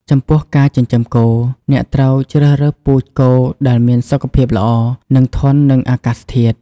ចំពោះការចិញ្ចឹមគោ អ្នកត្រូវជ្រើសរើសពូជគោដែលមានសុខភាពល្អ និងធន់នឹងអាកាសធាតុ។